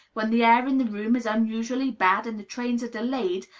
when the air in the room is unusually bad and the trains are delayed,